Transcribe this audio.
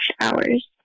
hours